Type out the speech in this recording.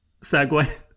segue